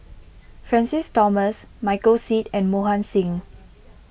Francis Thomas Michael Seet and Mohan Singh